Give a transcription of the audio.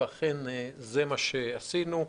ואכן זה מה שעשינו.